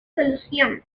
solución